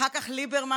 אחר כך ליברמן,